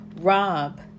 Rob